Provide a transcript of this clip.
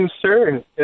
concern